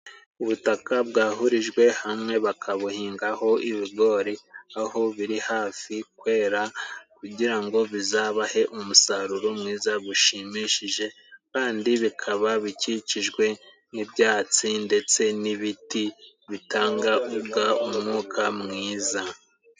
Ubutaka bwahurijwe hamwe bakabuhingaho ibigori aho biri hafi kwera kugira ngo bizabahe umusaruro mwiza gushimishije kandi bikaba bikikijwe n'ibyatsi ndetse n'ibiti bitangaga umwuka mwiza.